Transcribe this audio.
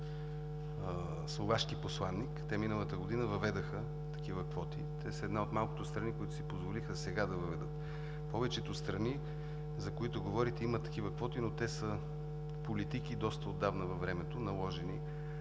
словашки посланик. Те миналата година въведоха такива квоти. Те са една от малкото страни, които си позволиха сега да въведат. Повечето страни, за които говорите, имат такива квоти, но те са политики, наложени доста отдавна във времето в тези